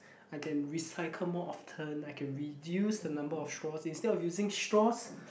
I can recycle more often I can reduce the number of straws instead of using straws